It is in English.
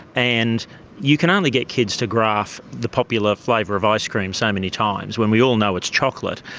and you can only get kids to graph the popular flavour of ice cream so many times when we all know it's chocolate,